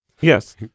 Yes